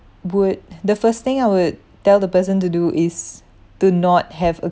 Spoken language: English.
would the first thing I would tell the person to do is do not have a